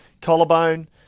Collarbone